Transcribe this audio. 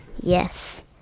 Yes